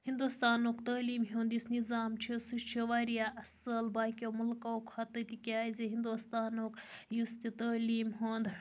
ہِنٛدوستانُک تعلیم ہُنٛد یُس نِظام چھُ سُہ چھُ واریاہ اَصٕل باقِیَو مُلکَو کھۄتہٕ تِکیٛازِ ہِنٛدوستانُک یُس تہِ تعلیٖم ہُنٛد